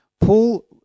Paul